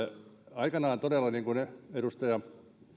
aikanaan todella niin kuin edustaja